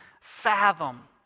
fathom